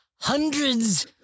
hundreds